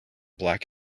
black